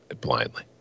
blindly